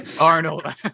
Arnold